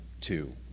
two